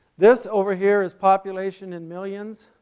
this over here is population in millions,